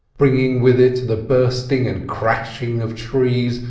bringing with it the bursting and crashing of trees,